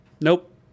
nope